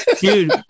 dude